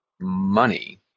money